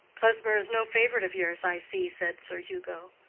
klesmer is no favorite of yours, i see, said sir hugo.